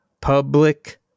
public